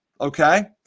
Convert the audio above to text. Okay